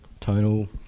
tonal